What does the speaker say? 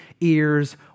ears